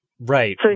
Right